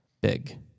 big